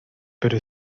pero